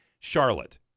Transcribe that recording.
Charlotte